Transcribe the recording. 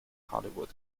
hollywood